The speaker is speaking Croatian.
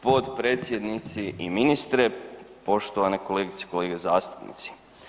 Potpredsjednici i ministre, poštovane kolegice i kolege zastupnici.